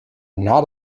not